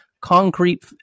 concrete